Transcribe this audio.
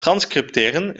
transcripteren